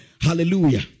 hallelujah